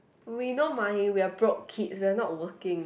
we no money we are broke kids we are not working